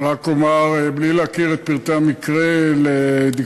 רק אומר בלי להכיר את פרטי המקרה לדקדוקם,